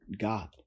God